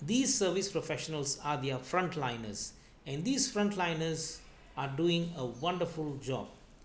these service professionals are their front liners and this front liners are doing a wonderful job